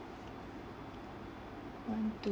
one tw~